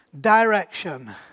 Direction